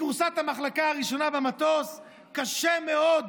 מכורסת המחלקה הראשונה במטוס קשה מאוד